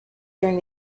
during